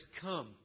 come